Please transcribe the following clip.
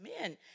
Men